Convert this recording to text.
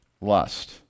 lust